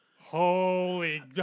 holy